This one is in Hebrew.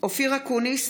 אופיר אקוניס,